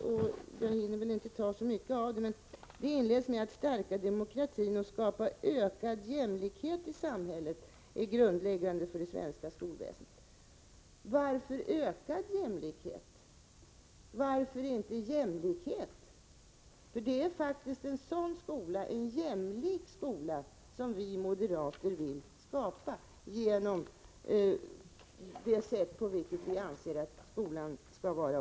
Jag hinner väl inte ta upp så mycket av det, men jag vill läsa upp första meningen: ”Att stärka demokratin och skapa ökad jämlikhet i samhället är grundläggande för det svenska skolväsendet.” Varför ökad jämlikhet — varför inte jämlikhet? Det är en jämlik skola vi moderater vill skapa genom den organisation som vi anser att skolan skall ha.